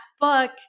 book